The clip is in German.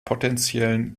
potenziellen